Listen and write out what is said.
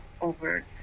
over